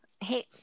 hey